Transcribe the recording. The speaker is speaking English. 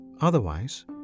otherwise